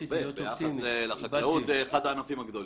ביחס לחקלאות, זה אחד הענפים הגדולים.